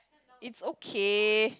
it's okay